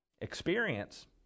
Experience